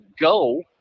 go